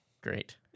Great